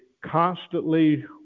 constantly